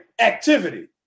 activity